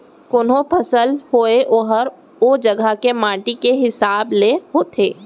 कोनों फसल होय ओहर ओ जघा के माटी के हिसाब ले होथे